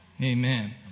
Amen